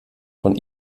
von